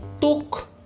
took